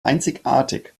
einzigartig